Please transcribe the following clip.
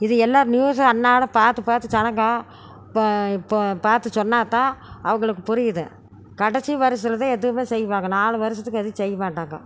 இது எல்லாம் நியூஸும் அன்றாடம் பார்த்து பார்த்து ஜனங்க இப்போ இப்போ பார்த்து சொன்னால்தான் அவங்குளுக்கு புரியுது கடைசி வருஷத்தில் தான் எதுவுமே செய்வாங்க நாலு வருஷத்துக்கு எதுவும் செய்யமாட்டாங்க